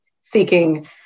seeking